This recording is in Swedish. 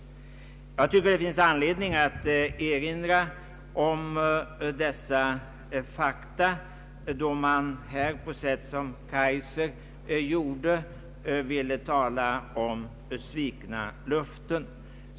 Jag tycker att det finns anledning att erinra om dessa fakta, då man här på sätt som Kaijser gjorde ville tala om svikna löften.